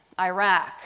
Iraq